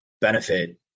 benefit